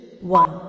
one